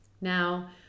now